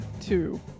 Two